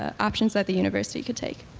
ah options that the university could take?